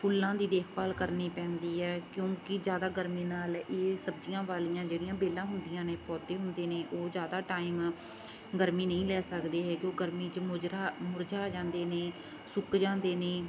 ਫੁੱਲਾਂ ਦੀ ਦੇਖਭਾਲ ਕਰਨੀ ਪੈਂਦੀ ਹੈ ਕਿਉਂਕਿ ਜ਼ਿਆਦਾ ਗਰਮੀ ਨਾਲ ਇਹ ਸਬਜ਼ੀਆਂ ਵਾਲੀਆਂ ਜਿਹੜੀਆਂ ਵੇਲਾਂ ਹੁੰਦੀਆਂ ਨੇ ਪੌਦੇ ਹੁੰਦੇ ਨੇ ਉਹ ਜ਼ਿਆਦਾ ਟਾਈਮ ਗਰਮੀ ਨਹੀਂ ਲੈ ਸਕਦੇ ਹੈਗੇ ਉਹ ਗਰਮੀ 'ਚ ਮੁਜਰਾ ਮੁਰਝਾ ਜਾਂਦੇ ਨੇ ਸੁੱਕ ਜਾਂਦੇ ਨੇ